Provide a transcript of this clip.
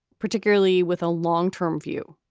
particularly with a long term view,